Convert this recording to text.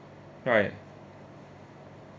right